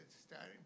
starting